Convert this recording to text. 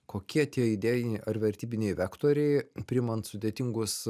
kokie tie idėjiniai ar vertybiniai vektoriai priimant sudėtingus